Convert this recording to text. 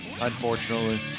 unfortunately